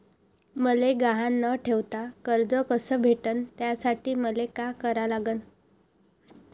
मले गहान न ठेवता कर्ज कस भेटन त्यासाठी मले का करा लागन?